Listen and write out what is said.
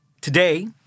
Today